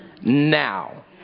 Now